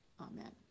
Amen